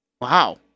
Wow